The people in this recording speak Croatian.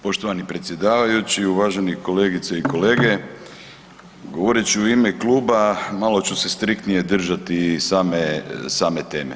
Poštovani predsjedavajući, uvažene kolegice i kolege, govorit ću ime kluba malo ću se striktnije držati same, same teme.